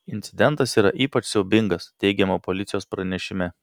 incidentas yra ypač siaubingas teigiama policijos pranešime